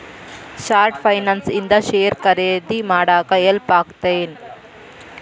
short finance ಇಂದ share ಖರೇದಿ ಮಾಡಾಕ ಹೆಲ್ಪ್ ಆಗತ್ತೇನ್